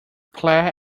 claire